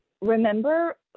remember